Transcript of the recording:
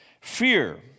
Fear